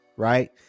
right